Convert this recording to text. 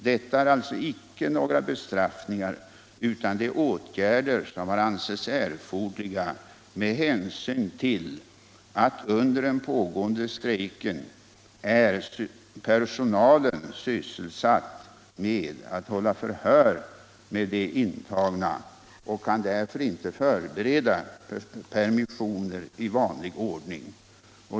Detta är alltså icke några bestraffningar utan åtgärder som har ansetts erforderliga med hänsyn till att personalen under den pågående strejken är sysselsatt med att hålla förhör med de intagna och därför inte kan förbereda permissioner i vanlig ordning.